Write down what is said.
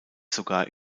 sogar